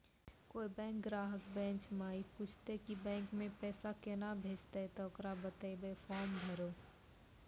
कोय बैंक ग्राहक बेंच माई पुछते की बैंक मे पेसा केना भेजेते ते ओकरा बताइबै फॉर्म भरो